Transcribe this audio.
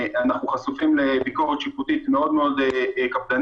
אנחנו חשופים לביקורת שיפוטית מאוד קפדנית